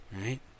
Right